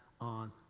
on